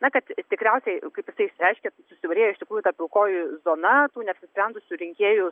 na kad tikriausiai kaip jisai išsireiškė susiaurėjo iš tikrųjų ta pilkoji zona tų neapsisprendusių rinkėjų